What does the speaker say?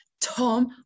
Tom